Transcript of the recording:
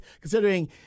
considering